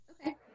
Okay